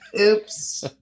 Oops